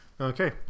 okay